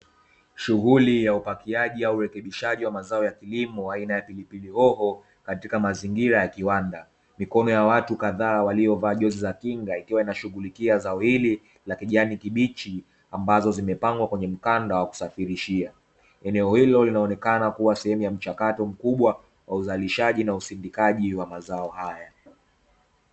Shughuli ya upakiaji au urekibishaji wa mazao ya kilimo aina ya pilipili hoho, katika mazingira ya kiwanda. Mikono ya watu kadhaa waliovaa jozi za kinga wakiwa wanashunghulikia zao hili la kijani kibichi, ambazo zimepangwa kwenye mkanda wa kusafirishia. Eneo hilo linonekana kuwa sehemu ya mchakato mkubwa wa uzalishaji na usindikaji wa mazao haya.